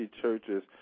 churches